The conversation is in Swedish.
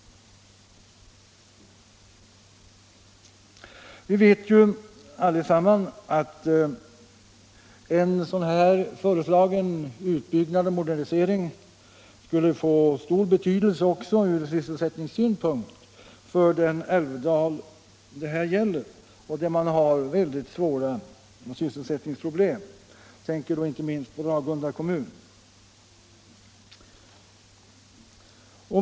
Vi vet ju allesammans att en sådan här föreslagen utbyggnad och modernisering skulle få stor betydelse också ur sysselsättningssynpunkt för den älvdal det här gäller, där man har väldigt svåra sysselsättningsproblem. Jag tänker då inte minst på Ragunda kommun.